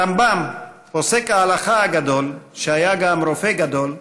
הרמב"ם, פוסק ההלכה הגדול, שהיה גם רופא גדול,